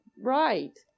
right